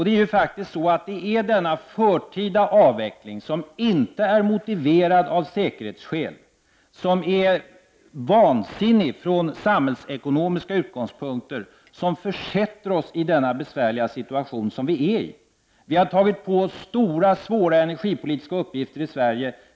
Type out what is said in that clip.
Det är faktiskt den förtida avvecklingen — som inte är motiverad av säkerhetsskäl och som är vansinnig från samhällsekonomiska utgångspunkter — som gör att vi är i en besvärlig situation. Vi i Sverige har tagit på oss stora och svåra energipolitiska uppgifter.